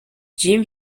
jim